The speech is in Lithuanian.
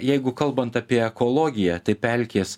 jeigu kalbant apie ekologiją tai pelkės